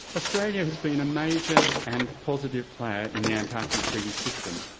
australia has been a major and positive player in the antarctic treaty system,